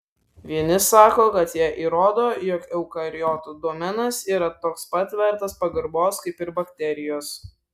vieni sako kad jie įrodo jog eukariotų domenas yra toks pat vertas pagarbos kaip ir bakterijos